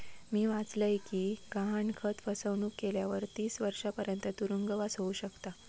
मी वाचलय कि गहाणखत फसवणुक केल्यावर तीस वर्षांपर्यंत तुरुंगवास होउ शकता